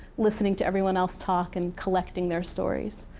listening to everyone else talk, and collecting their stories.